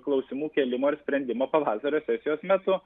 klausimų kėlimo ir sprendimo pavasario sesijos metu